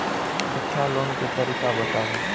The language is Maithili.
शिक्षा लोन के तरीका बताबू?